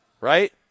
Right